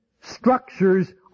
structures